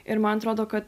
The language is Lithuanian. ir man atrodo kad